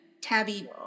tabby